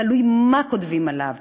ותלוי מה כותבים עליו,